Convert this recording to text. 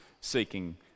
seeking